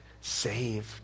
saved